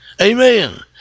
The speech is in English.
Amen